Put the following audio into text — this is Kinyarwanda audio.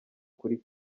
kuri